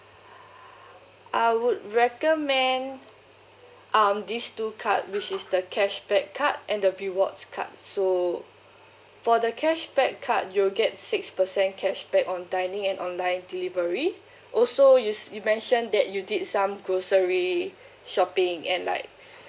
I would recommend um these two cards which is the cashback card and the rewards card so for the cashback card you'll get six percent cashback on dining and online delivery also use you mention that you did some grocery shopping and like